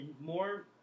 More